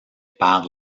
par